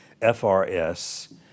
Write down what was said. FRS